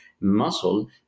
muscle